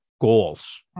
goals